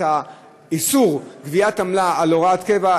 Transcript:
את איסור גביית עמלה על הוראת קבע,